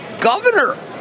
governor